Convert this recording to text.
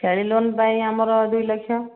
ଛେଳି ଲୋନ୍ ପାଇଁ ଆମର ଦୁଇଲକ୍ଷ